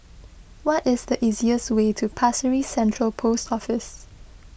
what is the easiest way to Pasir Ris Central Post Office